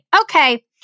Okay